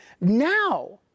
now